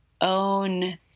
own